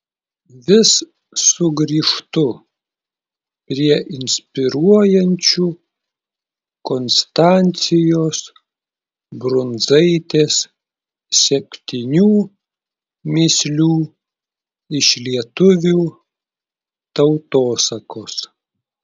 vis sugrįžtu prie inspiruojančių konstancijos brundzaitės septynių mįslių iš lietuvių tautosakos